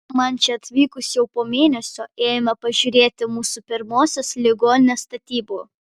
man čia atvykus jau po mėnesio ėjome pažiūrėti mūsų pirmosios ligoninės statybų